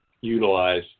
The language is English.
utilize